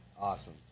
awesome